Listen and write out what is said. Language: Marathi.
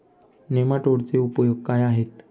नेमाटोडचे उपयोग काय आहेत?